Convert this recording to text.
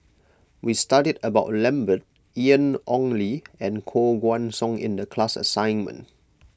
we studied about Lambert Ian Ong Li and Koh Guan Song in the class assignment